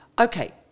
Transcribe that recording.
Okay